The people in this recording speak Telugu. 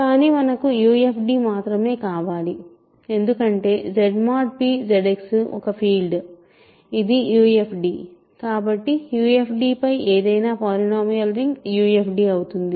కానీ మనకు UFD మాత్రమే కావాలి ఎందుకంటే Z mod p ZX ఒక ఫీల్డ్ ఇది UFD కాబట్టి UFD పై ఏదైనా పాలినోమియల్ రింగ్ UFD అవుతుంది